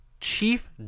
chief